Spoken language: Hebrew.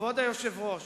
כבוד היושב-ראש,